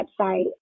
website